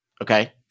Okay